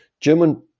German